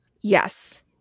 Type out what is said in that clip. Yes